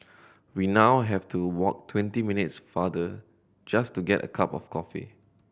we now have to walk twenty minutes farther just to get a cup of coffee